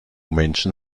menschen